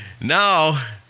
Now